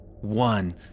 One